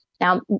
Now